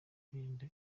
kwirinda